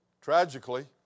Tragically